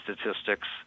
statistics